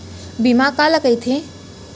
बीमा काला कइथे?